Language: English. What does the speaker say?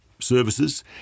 services